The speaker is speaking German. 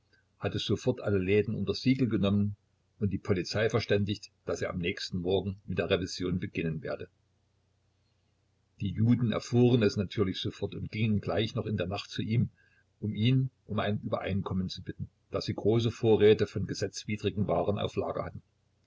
hatte sofort alle läden unter siegel genommen und die polizei verständigt daß er am nächsten morgen mit der revision beginnen werde die juden erfuhren es natürlich sofort und gingen gleich noch in der nacht zu ihm um ihn um ein übereinkommen zu bitten da sie große vorräte von gesetzwidrigen waren auf lager hatten